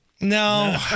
No